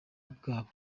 bwabo